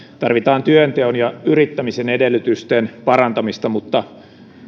tarvitaan työnteon ja yrittämisen edellytysten parantamista mutta